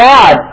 God